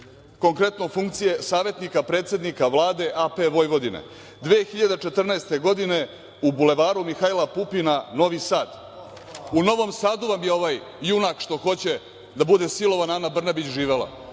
konkretno funkcije savetnika predsednika Vlade AP Vojvodine 2014. godine u Bulevaru Mihaila Pupina Novi Sad. U Novom Sadu vam je ovaj junak što hoće da bude silovana Ana Brnabić živeo.